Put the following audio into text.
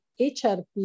HRP